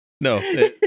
No